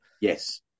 Yes